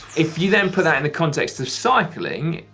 if you then put that in the context of cycling,